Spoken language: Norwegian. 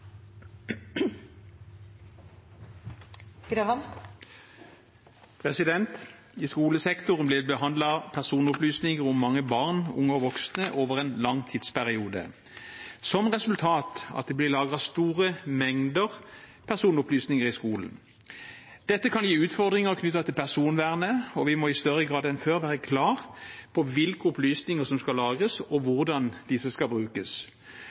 I skolesektoren blir det behandlet personopplysninger om mange barn, unge og voksne over en lang tidsperiode, som resultat av at det blir lagret store mengder personopplysninger i skolen. Dette kan gi utfordringer knyttet til personvernet, og vi må i større grad enn før være klar på hvilke opplysninger som skal lagres, hvordan disse skal brukes,